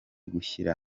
gushyira